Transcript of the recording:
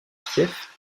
fief